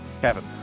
Kevin